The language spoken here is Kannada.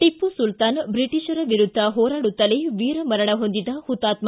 ಟಪ್ಪು ಸುಲ್ತಾನ್ ಬ್ರಿಟೀಷರ ವಿರುದ್ದ ಹೋರಾಡುತ್ತಲೇ ವೀರಮರಣ ಹೊಂದಿದ ಹುತಾತ್ಮ